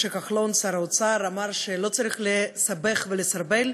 משה כחלון, שר האוצר, אמר שלא צריך לסבך ולסרבל,